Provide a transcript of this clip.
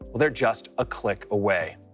they're just a click away.